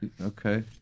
Okay